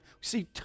see